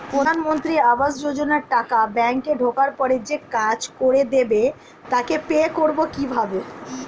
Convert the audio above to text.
প্রধানমন্ত্রী আবাস যোজনার টাকা ব্যাংকে ঢোকার পরে যে কাজ করে দেবে তাকে পে করব কিভাবে?